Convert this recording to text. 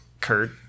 Kurt